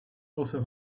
also